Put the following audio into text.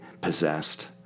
possessed